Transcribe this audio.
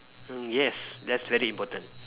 mm yes that's very important